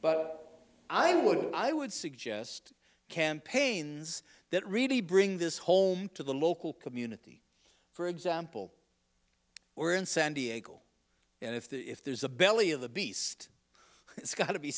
but i would i would suggest campaigns that really bring this home to the local community for example or in san diego and if there's a belly of the beast it's got to be